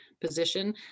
position